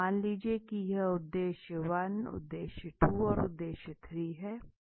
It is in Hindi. मान लीजिए कि ये हमारे उद्देश्य 1 उद्देश्य 2 और उद्देश्य 3 हैं